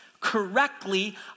correctly